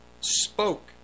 spoke